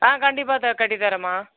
ஆ கண்டிப்பாக தா கட்டித்தரேம்மா